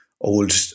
old